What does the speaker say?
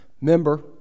Member